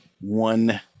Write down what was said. one